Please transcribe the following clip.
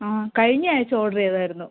ആ കഴിഞ്ഞ ആഴ്ച്ച ഓഡറ് ചെയ്തായിരുന്നു